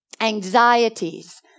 anxieties